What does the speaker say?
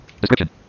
Description